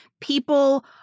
people